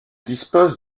dispose